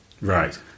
right